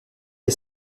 est